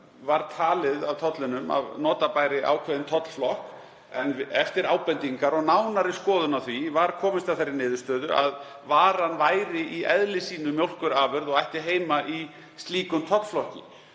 var talið hjá tollinum að nota bæri ákveðinn tollflokk. En eftir ábendingar og nánari skoðun á því var komist að þeirri niðurstöðu að varan væri í eðli sínu mjólkurafurð og ætti heima í slíkum tollflokki.